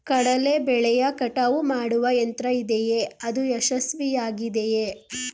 ಕಡಲೆ ಬೆಳೆಯ ಕಟಾವು ಮಾಡುವ ಯಂತ್ರ ಇದೆಯೇ? ಅದು ಯಶಸ್ವಿಯಾಗಿದೆಯೇ?